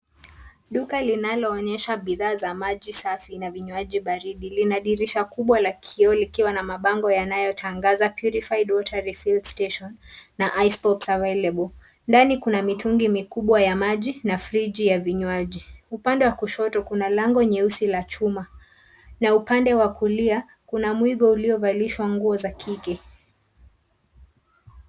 Duka linaloonyesha bidhaa za maji safi na vinywaji baridi lina dirisha kubwa la kioo likiwa na mabango yanayotangaza purified water refill station na ice pops available . Ndani kuna mitungi mikubwa ya maji na friji ya vinywaji. Upande wa kushoto kuna lango nyeusi la chuma na upandea wa kulia kuna mwigo uliovalishwa nguo za kike.